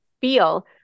feel